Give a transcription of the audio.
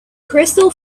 crystal